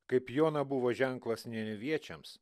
kaip jona buvo ženklas neneviečiams